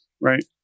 right